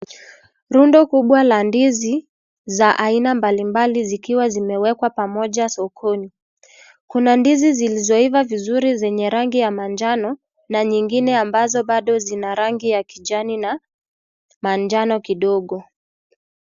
Rondo kubwa la ndizi za aina mbali mbali zikiwa zimewekwa pamoja sokoni. Kuna ndizi zilizoiva vizuri zenye rangi ya manjano, na nyigine ambazo bado zina rangi ya kijani na manjano kidogo.